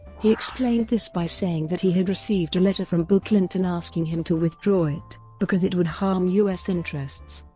he explained this by saying that he had received a letter from bill clinton asking him to withdraw it, because it would harm u s. interests.